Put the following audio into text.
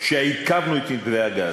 שעיכבו את מתווה הגז.